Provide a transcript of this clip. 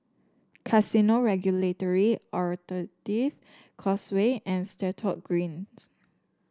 Casino Regulatory Authority Causeway and Stratton Greens